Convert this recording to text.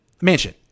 Mansion